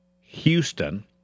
Houston